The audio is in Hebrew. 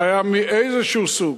בעיה מאיזה סוג.